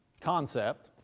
concept